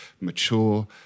mature